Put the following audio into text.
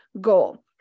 goal